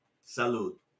Salute